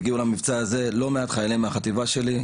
הגיעו למבצע הזה לא מעט חיילים מהחטיבה שלי,